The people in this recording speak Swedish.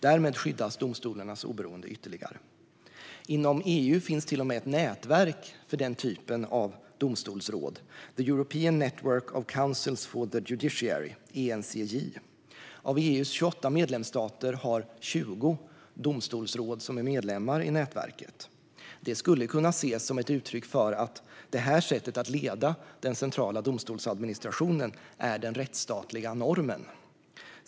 Därmed skyddas domstolarnas oberoende ytterligare. Inom EU finns till och med ett nätverk för denna typ av domstolsråd, The European Network of Councils for the Judiciary, ENCJ. Av EU:s 28 medlemsstater har 20 domstolsråd som är medlemmar i nätverket. Det skulle kunna ses som ett uttryck för att detta sätt att leda den centrala domstolsadministrationen är den rättsstatliga normen.